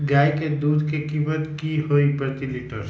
गाय के दूध के कीमत की हई प्रति लिटर?